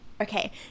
Okay